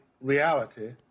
reality